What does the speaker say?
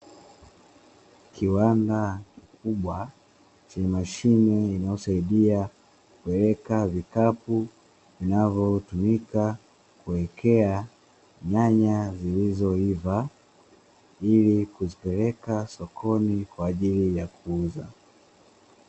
Kiwanda kikubwa chenye mashine inayosaidia kupeleka vikapu vinavyotumika kuwekea nyanya zilizoiva ili kuzipeleka sokoni kwa ajili ya kuuza.